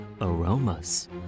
Aromas